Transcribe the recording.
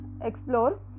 explore